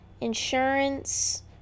insurance